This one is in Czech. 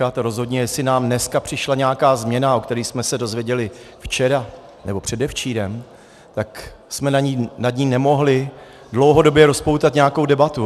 A rozhodně jestli nám dneska přišla nějaká změna, o které jsme se dozvěděli včera nebo předevčírem, tak jsme nad ní nemohli dlouhodobě rozpoutat nějakou debatu.